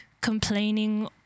complaining